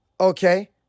Okay